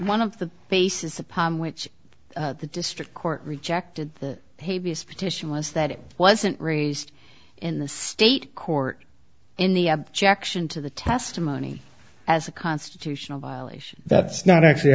one of the basis upon which the district court rejected the pay vs petition was that it wasn't raised in the state court in the objection to the testimony as a constitutional violation that's not actually